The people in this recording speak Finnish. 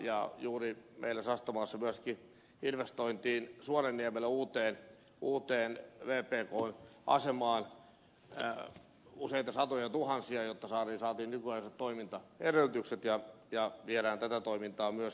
meillä juuri sastamalassa myöskin investointiin suodenniemelle uuteen vpkn asemaan useita satojatuhansia jotta saatiin nykyaikaiset toimintaedellytykset ja voidaan viedä tätä toimintaa myöskin eteenpäin